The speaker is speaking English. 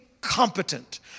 competent